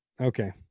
Okay